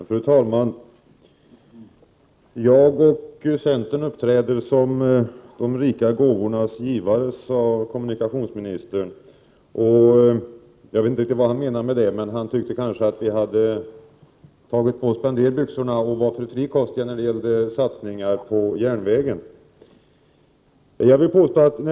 Fru talman! Jag och centern uppträder som de rika gåvornas givare, sade kommunikationsministern. Jag vet inte riktigt vad han menar med det. Han kanske tycker att vi hade tagit på oss spenderbyxorna och varit för frikostiga när det gäller satsningar på järnvägen.